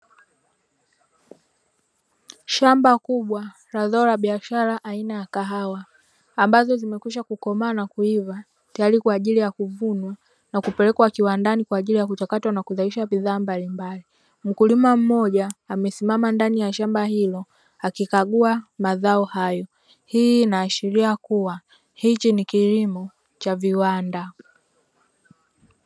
Shamba kubwa la zao la biashara aina ya kahawa, ambazo zimekwisha kukomaa na kuiva tayari kwa ajili ya kuvunwa na kupelekwa kiwandani kwa ajili ya kuchakatwa na kuzalisha bidhaa mbalimbali. Mkulima mmoja amesimama ndani ya shamba hilo akikagua mazao hayo. Hii inaashiria kuwa hichi ni kilimo cha viwanda.